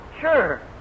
Sure